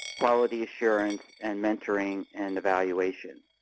quality assurance, and mentoring and evaluation.